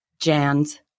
Jan's